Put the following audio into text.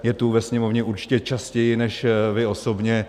Je to ve Sněmovně určitě častěji než vy osobně.